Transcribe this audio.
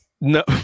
No